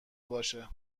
باشه